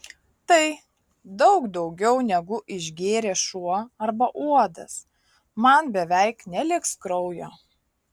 tai daug daugiau negu išgėrė šuo arba uodas man beveik neliks kraujo